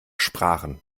sprachen